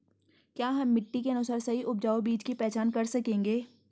क्या हम मिट्टी के अनुसार सही उपजाऊ बीज की पहचान कर सकेंगे?